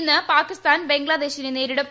ഇന്ന് പാകിസ്ഥാൻ ബംഗ്ലാദേശിനെ നേരിടും